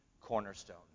cornerstone